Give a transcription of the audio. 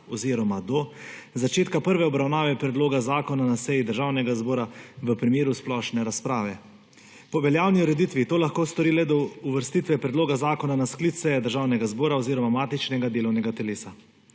oziroma do začetka prve obravnave predloga zakona na seji Državnega zbora v primeru splošne razprave. Po veljavi ureditvi to lahko stori le do uvrstitve predloga zakona na sklic seje Državnega zbora oziroma matičnega delovnega telesa.